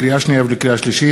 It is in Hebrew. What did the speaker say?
לקריאה שנייה ולקריאה שלישית: